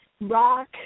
Rock